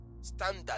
standard